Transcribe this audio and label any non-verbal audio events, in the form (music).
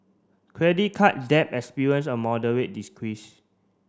credit card debt experience a moderate (unintelligible)